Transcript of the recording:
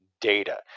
data